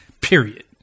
Period